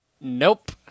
nope